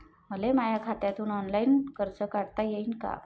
मले माया खात्यातून ऑनलाईन कर्ज काढता येईन का?